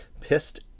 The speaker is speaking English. pissed